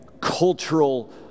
cultural